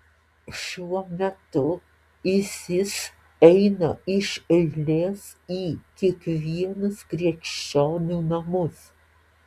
šiuo metu isis eina iš eilės į kiekvienus krikščionių namus